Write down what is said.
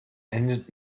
endet